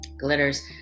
glitters